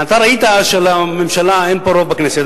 אתה ראית שלממשלה אין פה רוב בכנסת,